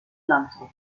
landshut